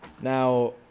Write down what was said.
Now